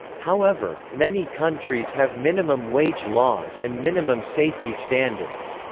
however, many countries have minimum wage laws and minimum safety standards.